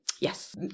Yes